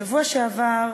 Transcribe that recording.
בשבוע שעבר